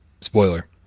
Spoiler